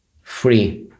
free